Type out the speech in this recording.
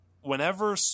whenever